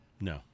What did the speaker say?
No